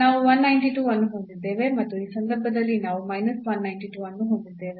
ನಾವು 192 ಅನ್ನು ಹೊಂದಿದ್ದೇವೆ ಮತ್ತು ಈ ಸಂದರ್ಭದಲ್ಲಿ ನಾವು 192 ಅನ್ನು ಹೊಂದಿದ್ದೇವೆ